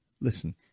listen